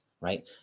right